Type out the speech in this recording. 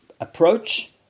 approach